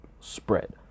spread